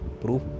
Proof